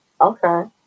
okay